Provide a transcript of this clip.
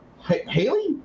Haley